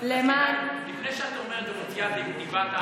לפני שאת אומרת ומוציאה דיבת הארץ,